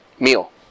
meal